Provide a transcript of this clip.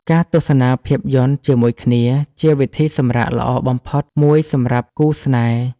ការទស្សនាភាពយន្តជាមួយគ្នាជាវិធីសម្រាកល្អបំផុតមួយសម្រាប់គូស្នេហ៍។